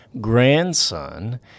grandson